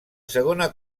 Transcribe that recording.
segona